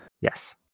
Yes